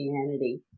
Christianity